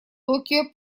токио